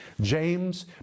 James